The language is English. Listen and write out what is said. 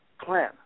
plan